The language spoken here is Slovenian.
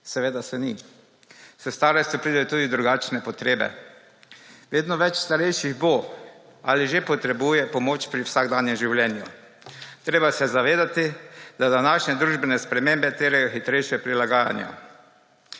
Seveda se ni. S starostjo pride tudi drugačne potrebe. Vedno več starejših bo ali že potrebuje pomoč pri vsakdanjem življenju. Treba se je zavedati, da današnje družbene spremembe terjajo hitrejša prilagajanja.